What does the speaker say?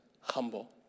humble